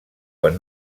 quan